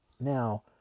now